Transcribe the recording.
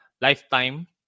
lifetime